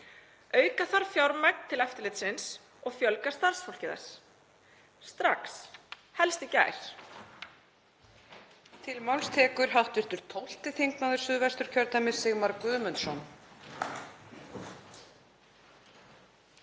Auka þarf fjármagn til eftirlitsins og fjölga starfsfólki þess strax. Helst í gær.